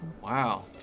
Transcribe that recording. Wow